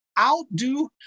outdo